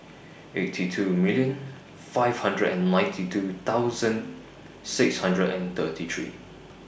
eighty two million five hundred and ninety two thousand six hundred and thirty three